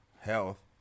health